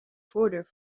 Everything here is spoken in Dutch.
voordeur